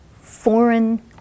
foreign